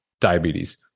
diabetes